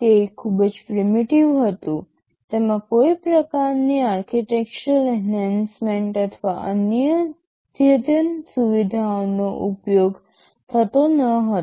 તે ખૂબ જ પ્રીમિટિવ હતું તેમાં કોઈ પણ પ્રકારની આર્કિટેક્ચરલ એનહેન્સમેન્ટ અથવા અદ્યતન સુવિધાઓનો ઉપયોગ થતો ન હતો